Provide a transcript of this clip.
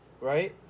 right